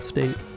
State